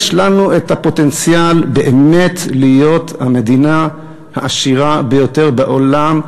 יש לנו פוטנציאל באמת להיות המדינה העשירה ביותר בעולם,